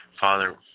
Father